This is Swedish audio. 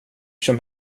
som